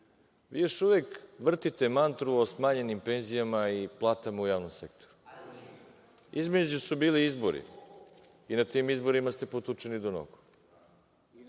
Još uvek vrtite mantru o smanjenim penzijama i platama u javnom sektoru. Između su bili izbori i na tim izborima ste potučeni do nogu,